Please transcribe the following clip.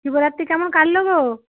শিবরাত্রি কেমন কাটল গো